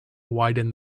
widen